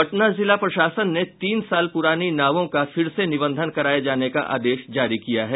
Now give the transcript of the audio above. पटना जिला प्रशासन ने तीन साल पुरानी नावों का फिर से निबंधन कराये जाने का आदेश जारी किया है